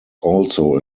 also